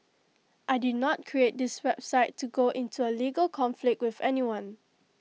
I did not create this website to go into A legal conflict with anyone